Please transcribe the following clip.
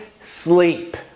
sleep